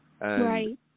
Right